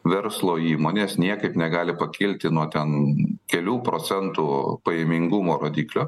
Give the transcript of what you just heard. verslo įmonės niekaip negali pakilti nuo ten kelių procentų pajamingumo rodiklio